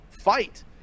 fight